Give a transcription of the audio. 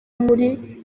muri